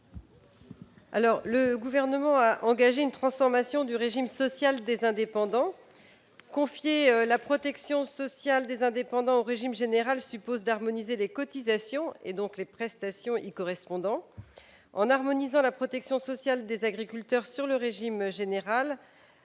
Le Gouvernement a engagé une transformation du régime social des indépendants. Confier la protection sociale des indépendants au régime général suppose d'harmoniser les cotisations et les prestations y afférent. En alignant la protection sociale des agriculteurs sur le régime général,